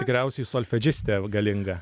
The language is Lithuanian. tikriausiai solfedžistė galinga